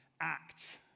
act